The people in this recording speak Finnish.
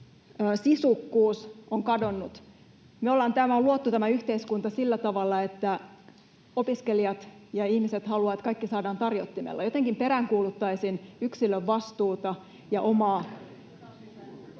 sisukkuus, on kadonnut. Me ollaan luotu tämä yhteiskunta sillä tavalla, että opiskelijat ja ihmiset haluavat, että kaikki saadaan tarjottimella. Jotenkin peräänkuuluttaisin yksilön vastuuta